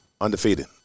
undefeated